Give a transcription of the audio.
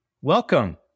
welcome